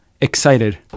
excited